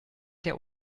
der